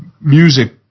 music